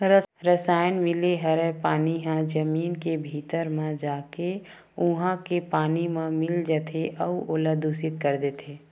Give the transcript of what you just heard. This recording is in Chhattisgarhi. रसायन मिले हरय पानी ह जमीन के भीतरी म जाके उहा के पानी म मिल जाथे अउ ओला दुसित कर देथे